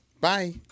Bye